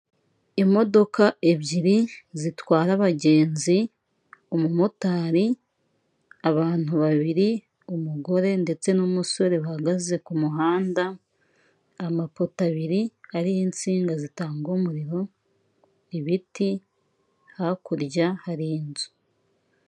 Imodoka ebyiri zitwara abagenzi, umumotari, abantu babiri; umugore ndetse n'umusore bahagaze ku muhanda, amapota abiri ariho insinga zitanga umuriro, ibiti, hakurya hari inzu.